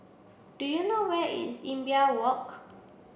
do you know where is Imbiah Walk